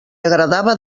agradava